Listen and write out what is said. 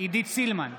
עידית סילמן,